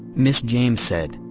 ms. james said.